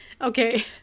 Okay